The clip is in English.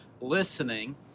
listening